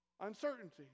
uncertainty